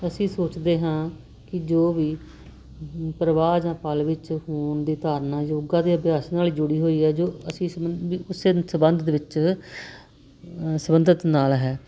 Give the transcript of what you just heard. ਅਸੀਂ ਸੋਚਦੇ ਹਾਂ ਕਿ ਜੋ ਵੀ ਪਰਵਾਹ ਜਾਂ ਪਲ ਵਿੱਚ ਹੋਣ ਦੀ ਧਾਰਨਾ ਯੋਗਾ ਦੇ ਅਭਿਆਸ ਨਾਲ ਜੁੜੀ ਹੋਈ ਹੈ ਜੋ ਅਸੀਂ ਸੰਬੰਧ ਕਿਸੇ ਸੰਬੰਧ ਦੇ ਵਿੱਚ ਸੰਬੰਧਿਤ ਨਾਲ ਹੈ